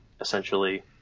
essentially